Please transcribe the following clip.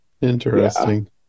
Interesting